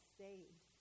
saved